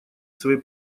своей